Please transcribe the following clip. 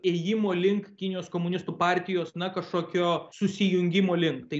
įėjimo link kinijos komunistų partijos na kažkokio susijungimo link tai